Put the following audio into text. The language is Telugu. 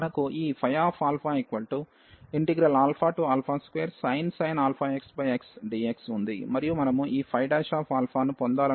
మనకు ఈ 2sin αx xdx ఉంది మరియు మనము ఈ ϕను పొందాలనుకుంటున్నాము ఇక్కడ α≠0